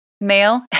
male